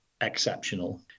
exceptional